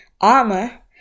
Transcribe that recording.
armor